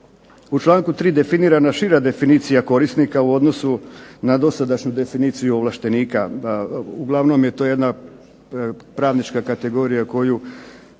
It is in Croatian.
u članku 3. definirana šira definicija korisnika u odnosu na dosadašnju definiciju ovlaštenika. Uglavnom je to jedna pravnička kategorija koju